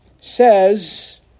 says